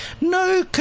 No